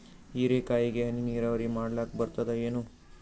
ಹೀರೆಕಾಯಿಗೆ ಹನಿ ನೀರಾವರಿ ಮಾಡ್ಲಿಕ್ ಬರ್ತದ ಏನು?